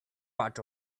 part